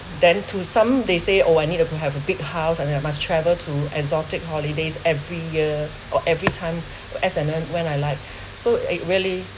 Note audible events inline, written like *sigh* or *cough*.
then to some they say oh I need like to have a big house and I must travel to exotic holidays every year or every time to S&M when I like *breath* so it really